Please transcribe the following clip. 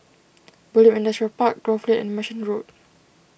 Bulim Industrial Park Grove Lane and Merchant Road